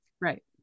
right